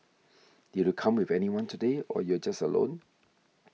did you come with anyone today or you're just alone